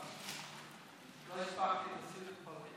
לא הספקתי לשים את קולי.